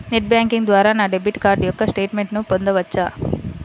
Net banking ద్వారా నా debit card యొక్క స్టేట్మెంట్ పొందవచ్చా?